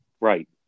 Right